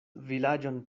vilaĝon